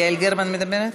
יעל גרמן מדברת.